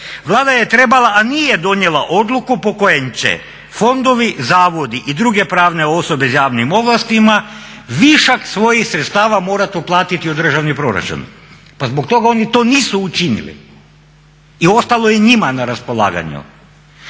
Vlada je trebala, a nije donijela odluku po kojem će fondovi, zavodi i druge pravne osobe sa javnim ovlastima višak svojih sredstava morati uplatiti u državni proračun. Pa zbog toga oni to nisu učinili i ostalo je njima na raspolaganju.